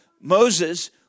Moses